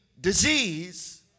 disease